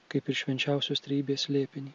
kaip ir švenčiausios trejybės slėpinį